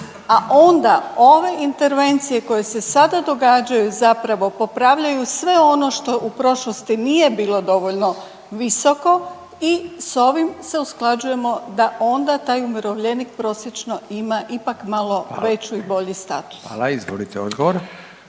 a onda ove intervencije koje se sada događaju zapravo popravljaju sve ono što u prošlosti nije bilo dovoljno visoko i s ovim se usklađujemo da onda taj umirovljenik prosječno ima ipak malo veći i bolji status. **Radin, Furio